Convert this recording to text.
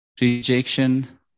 rejection